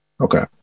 Okay